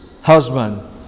husband